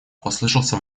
послышался